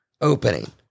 opening